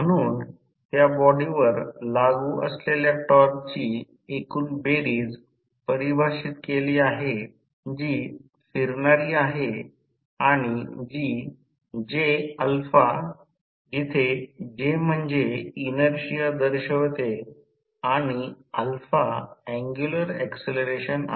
म्हणून त्या बॉडीवर लागू असलेल्या टॉर्कची एकूण बेरीज परिभाषित केली आहे जी फिरणारी आहे आणि ती Jα J म्हणजे इनर्शिया दर्शवते आणि अँग्युलर ऍक्सलरेशन आहे